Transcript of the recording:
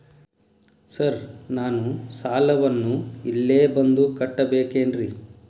Sir ನಾನು ಸಾಲವನ್ನು ಇಲ್ಲೇ ಬಂದು ಕಟ್ಟಬೇಕೇನ್ರಿ?